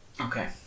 Okay